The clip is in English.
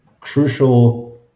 crucial